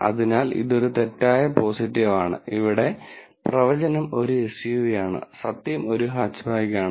അതിനാൽ ഇതൊരു തെറ്റായ പോസിറ്റീവ് ആണ് ഇവിടെ പ്രവചനം ഒരു എസ്യുവിയാണ് സത്യം ഒരു ഹാച്ച്ബാക്ക് ആണ്